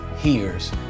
hears